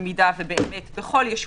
במידה שבכל ישוב,